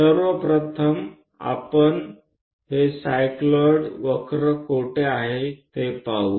सर्वप्रथम आपण हे सायक्लॉइड वक्र कोठे आहे ते पाहू